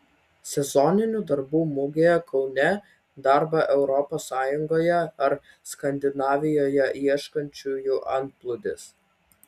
sezoninių darbų mugėje kaune darbo europos sąjungoje ar skandinavijoje ieškančiųjų antplūdis